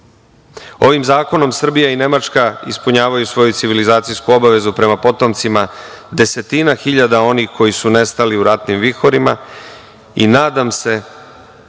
zakonom Srbija i Nemačka ispunjavaju svoju civilizacijsku obavezu prema potomcima desetina hiljada onih koji su nestali u ratnim vihorima i nadam se